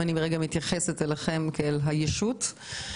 אם אני מתייחסת אליכם כאל הישות,